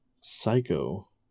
Psycho